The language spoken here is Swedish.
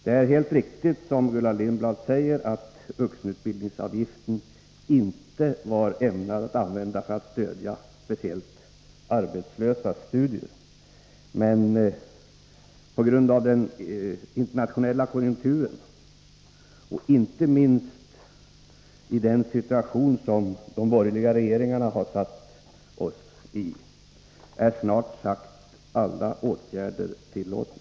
Det är helt riktigt som Gullan Lindblad säger att vuxenutbildningsavgiften inte var ämnad att användas för att speciellt stödja arbetslösas studier, men på grund av den internationella konjunkturen, och inte minst den situation som de borgerliga regeringarna har försatt oss i, är snart sagt alla åtgärder tillåtna.